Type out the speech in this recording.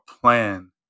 plan